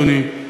אדוני,